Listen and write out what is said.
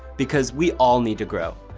because we all need to grow.